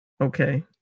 Okay